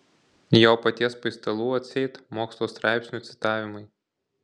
jo paties paistalų atseit mokslo straipsnių citavimai